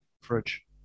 Fridge